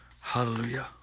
Hallelujah